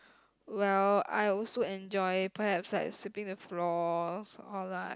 well I also enjoy perhaps like sweeping the floor or like